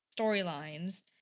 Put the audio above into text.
storylines